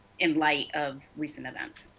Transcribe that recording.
in light of recent events.